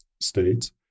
states